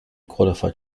qualified